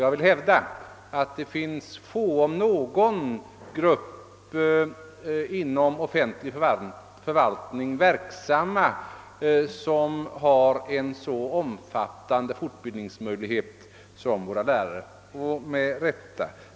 Jag vill hävda att det finns få om ens någon grupp inom offentlig förvaltning verksamma som har en så omfattande fortbildningsmöjlighet som våra lärare, och med rätta.